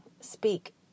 speak